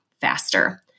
faster